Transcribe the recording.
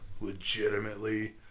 legitimately